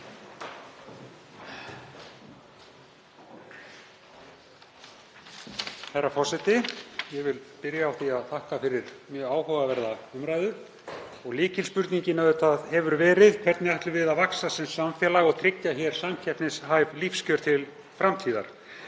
Herra forseti. Ég vil byrja á því að þakka fyrir mjög áhugaverða umræðu. Lykilspurningin hefur verið: Hvernig ætlum við að vaxa sem samfélag og tryggja samkeppnishæf lífskjör til framtíðar?